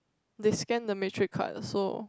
they scan the matric card so